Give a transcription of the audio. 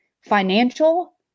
financial